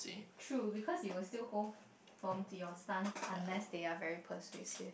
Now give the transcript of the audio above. true because you will still hold firm to your stance unless they are very persuasive